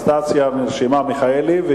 חברת הכנסת אנסטסיה מיכאלי נרשמה,